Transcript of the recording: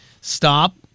stop